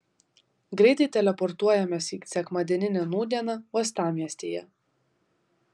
greitai teleportuojamės į sekmadieninę nūdieną uostamiestyje